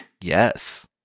yes